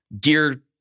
gear